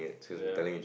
ya